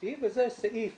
משפטי וזה סעיף